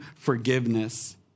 forgiveness